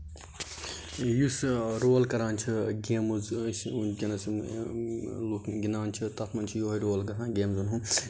یُس رول کران چھِ گیم منٛز ٲسۍ ؤنکیٚنسن لُکھ گِندان چھِ تَتھ منٛز چھُ یِہوے رول گژھان گِیمزن ہُند